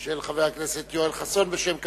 של חבר הכנסת יואל חסון בשם קדימה.